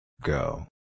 Go